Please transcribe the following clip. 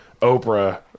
Oprah